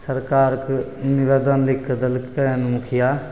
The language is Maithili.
सरकारके निवेदन लिखिके देलकै हँ मुखिआ